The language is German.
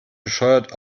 bescheuert